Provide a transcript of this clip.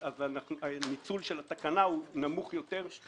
ניצול התקנה הוא נמוך יותר.